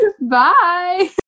bye